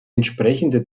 entsprechende